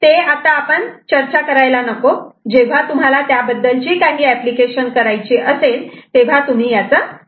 ते आता आपण पण चर्चा करायला नको जेव्हा तुम्हाला त्याबद्दलची काही एप्लिकेशन करायची असेल तेव्हा तुम्ही याचा विचार करा